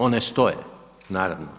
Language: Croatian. One stoje naravno.